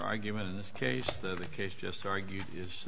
argument in this case the case just argued is